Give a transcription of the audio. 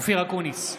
אופיר אקוניס,